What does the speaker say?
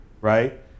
right